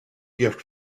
gift